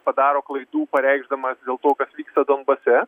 padaro klaidų pareikšdamas dėl to kas vyksta donbase